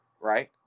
Right